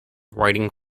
waiting